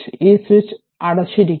ഈ സ്വിച്ച് അടച്ചിരിക്കുന്നു